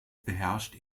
beherrscht